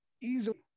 easily